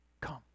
Come